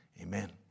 amen